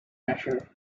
measure